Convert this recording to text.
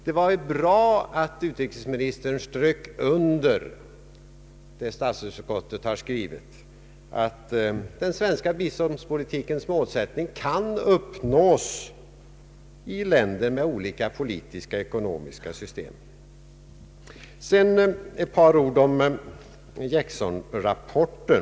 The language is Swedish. Det var bra att utrikesministern strök under vad statsutskottet skrivit, att den svenska biståndspolitikens målsättning kan uppnås i länder med olika politiska och ekonomiska system. Sedan ett par ord om Jacksonrapporten.